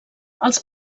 els